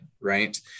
right